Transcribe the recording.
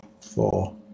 Four